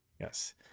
Yes